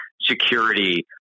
security